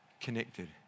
connected